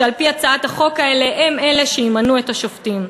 שעל-פי הצעת החוק הזאת הם אלה שימנו את השופטים.